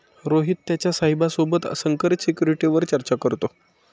रोहित त्याच्या साहेबा सोबत संकरित सिक्युरिटीवर चर्चा करतो